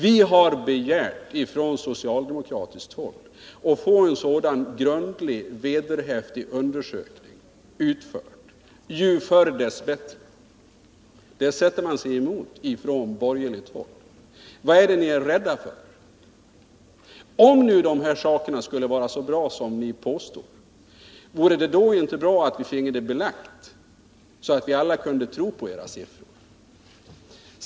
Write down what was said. Vi har på socialdemokratiskt håll begärt att få en sådan grundlig och vederhäftig undersökning utförd — ju förr dess bättre. Det motsätter man sig på borgerligt håll. Vad är det ni är rädda för? Om dessa saker nu skulle vara så bra som ni påstår, vore det då inte bra att vi finge det belagt, så att vi alla kunde tro på era siffror.